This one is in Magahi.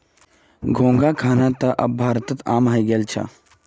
घोंघा खाना त अब भारतत आम हइ गेल छ